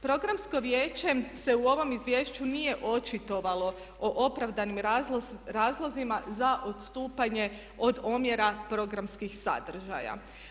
Programsko vijeće se u ovom izvješću nije očitovalo o opravdanim razlozima za istupanje od omjera programskih sadržaja.